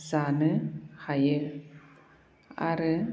जानो हायो आरो